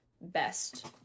best